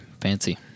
fancy